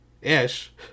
Ish